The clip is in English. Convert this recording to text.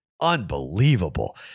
Unbelievable